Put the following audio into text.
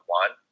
one